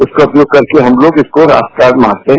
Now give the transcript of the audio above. उसका उपयोग करके हम लोग इसको रात में मारते हैं